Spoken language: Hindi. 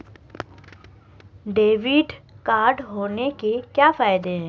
डेबिट कार्ड होने के क्या फायदे हैं?